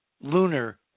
lunar